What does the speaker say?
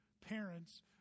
parents